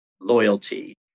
loyalty